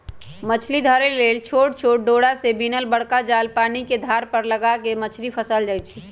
मछरी धरे लेल छोट छोट डोरा से बिनल बरका जाल पानिके धार पर लगा कऽ मछरी फसायल जाइ छै